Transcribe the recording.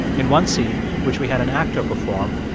in one scene, which we had an actor perform,